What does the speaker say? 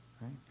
Right